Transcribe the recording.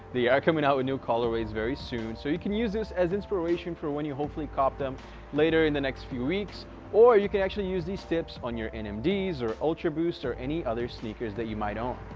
are coming out with new colorway is very soon so you can use this as inspiration for when you hopefully cop them later in the next few weeks or you can actually use these tips on your n. um mds or ultra boost or any other sneakers that you might own?